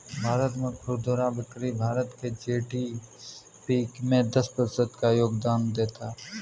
भारत में खुदरा बिक्री भारत के जी.डी.पी में दस प्रतिशत का योगदान देता है